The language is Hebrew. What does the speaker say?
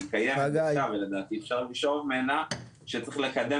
אבל היא קיימת ולדעתי אפשר לשאוב ממנה שצריך לקדם